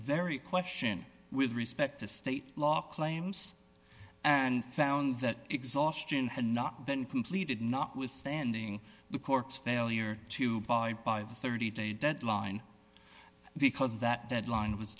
very question with respect to state law claims and found that exhaustion had not been completed notwithstanding the court's failure to buy by the thirty day deadline because that deadline was